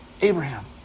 Abraham